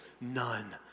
none